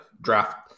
draft